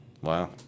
Wow